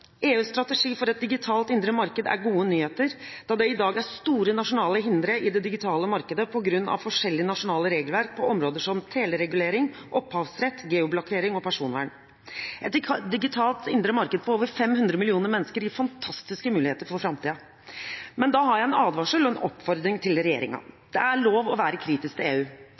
EUs strategi for et digitalt indre marked er gode nyheter, da det i dag er store nasjonale hindre i det digitale markedet på grunn av forskjellige nasjonale regelverk på områder som teleregulering, opphavsrett, geoblokkering og personvern. Et digitalt indre marked for over 500 millioner mennesker gir fantastiske muligheter for framtiden. Men da har jeg en advarsel og en oppfordring til